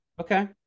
Okay